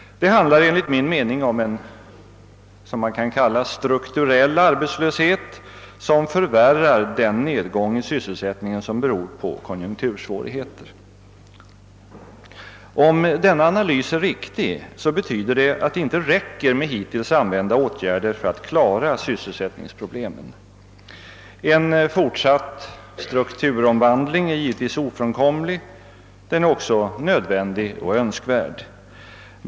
Det handlar enligt min mening om en strukturell arbetslöshet, som förvärrar den nedgång i sysselsättningen som beror på konjunktursvårigheter. Om denna analys är riktig betyder det att det inte räcker med hittills tilllämpade metoder för att klara syssel sättningsproblemen. En fortsatt strukturomvandling är givetvis nödvändig och önskvärd.